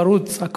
הכול פרוץ.